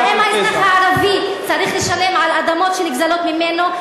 אבל האם האזרח הערבי צריך לשלם על אדמות שנגזלות ממנו?